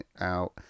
out